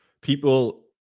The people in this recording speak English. People